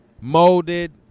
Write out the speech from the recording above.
molded